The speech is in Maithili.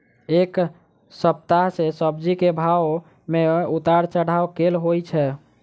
एक सप्ताह मे सब्जी केँ भाव मे उतार चढ़ाब केल होइ छै?